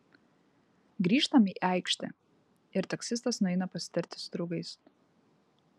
grįžtam į aikštę ir taksistas nueina pasitarti su draugais